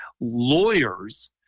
lawyers